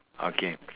okay